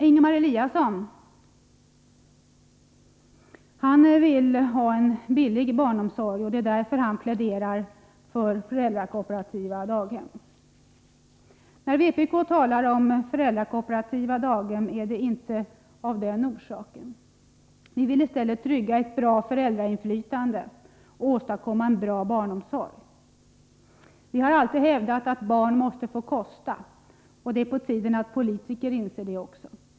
Ingemar Eliasson vill ha en billig barnomsorg, och det är därför han pläderar för föräldrakooperativa daghem. När vpk talar om föräldrakooperativa daghem är det inte av den orsaken. Vi vill i stället trygga ett bra föräldrainflytande och åstadkomma en bra barnomsorg. Vi har alltid hävdat att barn måste få kosta. Och det är på tiden att politiker inser det också.